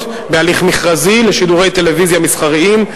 בהליך מכרזי לשידורי טלוויזיה מסחריים,